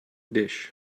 dish